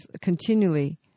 continually